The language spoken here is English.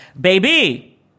Baby